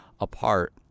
apart